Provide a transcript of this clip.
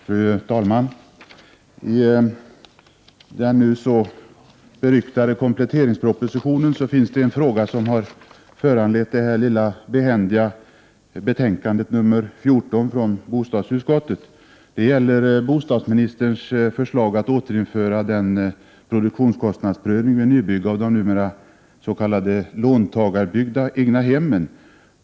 Fru talman! I den nu så beryktade kompletteringspropositionen finns det en fråga som har föranlett det lilla behändiga betänkandet nr 14 från bostadsutskottet. Det gäller bostadsministerns förslag att återinföra produk = Prot. 1988/89:125 tionskostnadsprövningen vid nybyggnad av vad som numera kallas låntagar — 31 maj 1989 byggda egnahem.